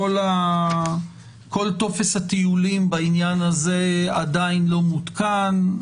כל טופס הטיולים בעניין הזה עדיין לא מותקן,